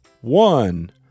one